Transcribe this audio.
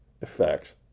effects